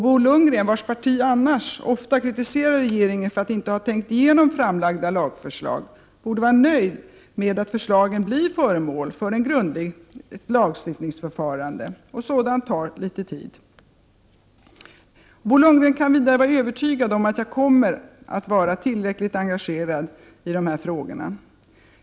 Bo Lundgren, vars parti annars ofta kritiserar regeringen för att inte ha tänkt igenom framlagda lagförslag, borde vara nöjd med att förslagen blir föremål för ett grundligt lagstiftningsförfarande, och sådant tar litet tid. Bo Lundgren kan vidare vara övertygad om att jag kommer att vara tillräckligt engagerad i dessa frågor.